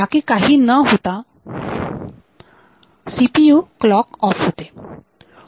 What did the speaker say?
बाकी काही न होता सीपीयू क्लॉक ऑफ होते